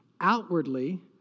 outwardly